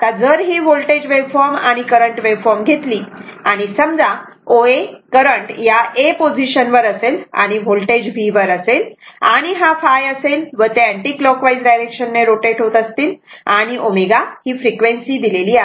आता जर ही वोल्टेज वेव्हफॉर्म आणि करंट वेव्हफॉर्म घेतली आणि समजा जेव्हा OA करंट या A पोझिशन वर असेल आणि होल्टेज V वर असेल आणि हा ϕ असेल व ते अँटीक्लॉकवाईज डायरेक्शन ने रोटेट होत असतील आणि ω ही फ्रिक्वेन्सी दिलेली आहे